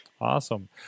awesome